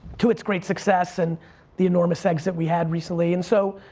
to it's great success and the enormous exit we had recently and so,